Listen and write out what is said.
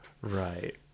Right